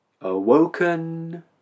Awoken